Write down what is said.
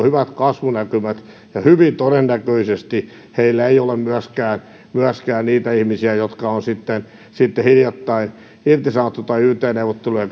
hyvät kasvunäkymät ja hyvin todennäköisesti heillä ei ole myöskään myöskään niitä ihmisiä jotka on hiljattain irtisanottu tai yt neuvotteluja